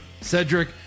Cedric